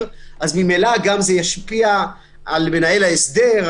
אז ממילא זה ישפיע גם על מנהל ההסדר,